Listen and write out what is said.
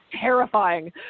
terrifying